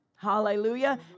Hallelujah